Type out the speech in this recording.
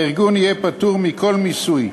והארגון יהיה פטור מכל מיסוי.